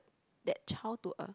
that child to a